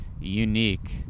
unique